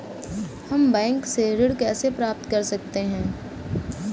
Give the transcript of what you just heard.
हम बैंक से ऋण कैसे प्राप्त कर सकते हैं?